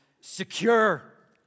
secure